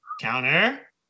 counter